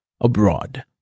abroad